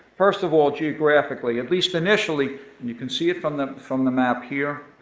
first of all, geographically, at least initially and you can see it from the from the map here,